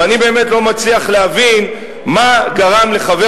ואני באמת לא מצליח להבין מה גרם לחבר